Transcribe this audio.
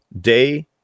day